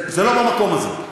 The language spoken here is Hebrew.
זה לא במקום הזה.